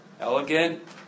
Elegant